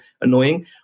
annoying